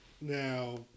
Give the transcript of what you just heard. Now